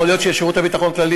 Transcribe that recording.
יכול להיות ששירות הביטחון הכללי,